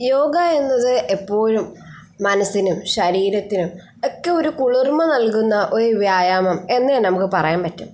യോഗ എന്നത് എപ്പോഴും മനസ്സിനും ശരീരത്തിനും ഒക്കെ ഒരു കുളിർമ നൽകുന്ന ഒരു വ്യായാമം എന്നുതന്നെ നമുക്ക് പറയാൻ പറ്റും